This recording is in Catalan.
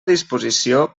disposició